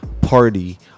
party